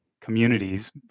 communities